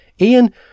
Ian